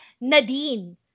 Nadine